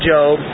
Job